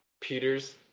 Peter's